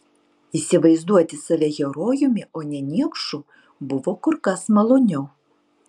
įsivaizduoti save herojumi o ne niekšu buvo kur kas maloniau